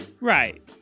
Right